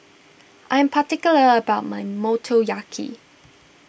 I'm particular about my Motoyaki